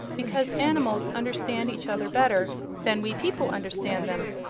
because animals understand each other better than we people understand them.